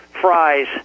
fries